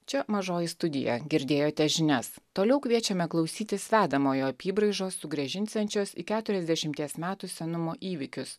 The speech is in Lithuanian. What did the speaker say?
čia mažoji studija girdėjote žinias toliau kviečiame klausytis vedamojo apybraižos sugrąžinsiančios į keturiasdešimties metų senumo įvykius